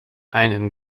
einen